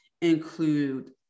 include